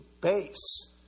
base